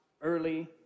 early